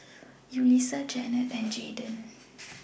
Yulisa Janet and Jayden